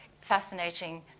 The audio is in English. fascinating